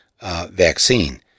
vaccine